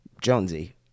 Jonesy